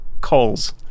calls